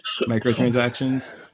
microtransactions